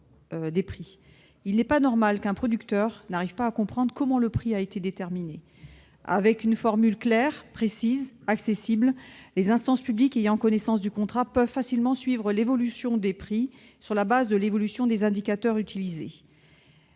Il n'est pas normal qu'un producteur n'arrive pas à comprendre comment le prix a été déterminé. Avec une formule claire, précise et accessible, les instances publiques ayant connaissance du contrat peuvent facilement suivre l'évolution des prix, sur la base de l'évolution des indicateurs utilisés.